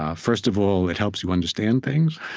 ah first of all, it helps you understand things,